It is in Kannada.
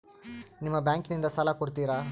ನಿಮ್ಮ ಬ್ಯಾಂಕಿನಿಂದ ಸಾಲ ಕೊಡ್ತೇರಾ?